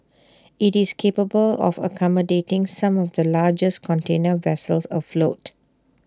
IT is capable of accommodating some of the largest container vessels afloat